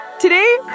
Today